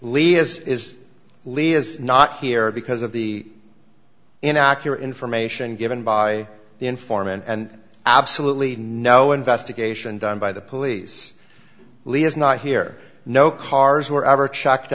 is not here because of the inaccurate information given by the informant and absolutely no investigation done by the police lee is not here no cars were ever checked